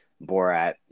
Borat